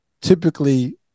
typically